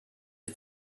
ich